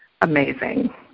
amazing